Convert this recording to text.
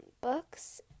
books